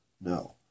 No